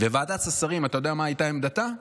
וועדת השרים, אתה יודע מה הייתה עמדתה?